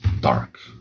dark